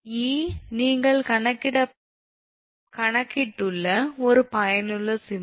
e நீங்கள் கணக்கிட்டுள்ள ஒரு பயனுள்ள சுமை